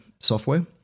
Software